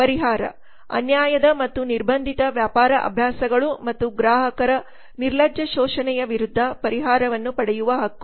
ಪರಿಹಾರ ಅನ್ಯಾಯದ ಮತ್ತು ನಿರ್ಬಂಧಿತ ವ್ಯಾಪಾರ ಅಭ್ಯಾಸಗಳು ಮತ್ತು ಗ್ರಾಹಕರ ನಿರ್ಲಜ್ಜ ಶೋಷಣೆಯ ವಿರುದ್ಧ ಪರಿಹಾರವನ್ನು ಪಡೆಯುವ ಹಕ್ಕು